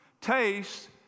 Taste